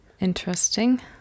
Interesting